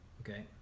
okay